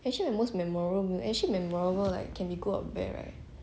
actually like most memorial meal actually memorable like can be good or bad right